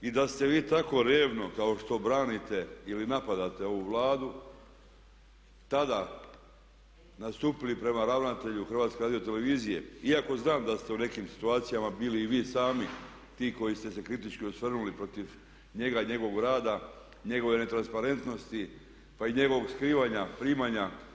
I da ste vi tako revno kao što branite ili napadate ovu Vladu tada nastupili prema ravnatelju HRT-a iako znam da ste u nekim situacijama bili i vi sami ti koji ste se kritički osvrnuli protiv njega i njegovog rada, njegove netransparentnosti pa i njegovog skrivanja, primanja.